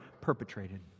perpetrated